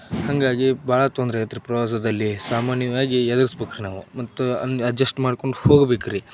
ಹಾಗಾಗಿ ಭಾಳ ತೊಂದರೆ ಐತೆ ರೀ ಪ್ರವಾಸದಲ್ಲಿ ಸಾಮಾನ್ಯವಾಗಿ ಎದುರ್ಸ್ಬೇಕ್ ರೀ ನಾವು ಮತ್ತು ಅಜ್ಜೆಸ್ಟ್ ಮಾಡ್ಕೊಂಡು ಹೋಗ್ಬೇಕು ರೀ